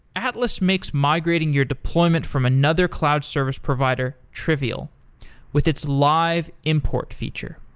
atlas makes migrating your deployment from another cloud service provider trivial with its live import feature